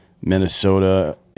Minnesota –